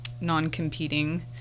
non-competing